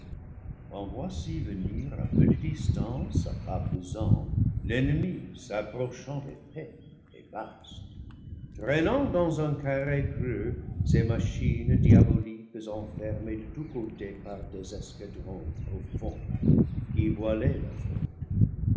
voici venir à peu de distance à pas pesants l'ennemi s'approchant épais et vaste traînant dans un carré creux ses machines diaboliques enfermées de tous côtés par des escadrons profonds qui voilaient